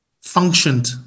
functioned